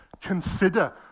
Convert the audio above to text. Consider